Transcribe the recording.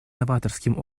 новаторским